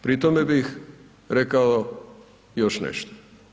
Pri tome bih rekao još nešto.